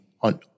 on